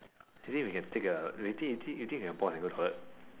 do you think we can take a do you think do you think do you think we can pause and go toilet